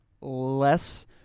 less